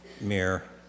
mere